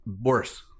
worse